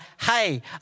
hey